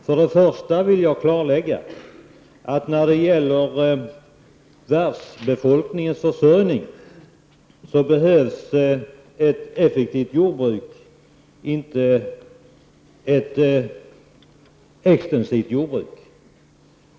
För det första vill jag klarlägga att när det gäller världsbefolkningens försörjning behövs ett effektivt jordbruk, inte ett extensivt jordbruk.